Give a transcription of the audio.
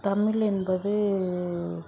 தமிழ் என்பது